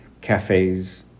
cafes